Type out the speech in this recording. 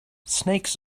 snakes